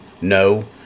no